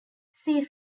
see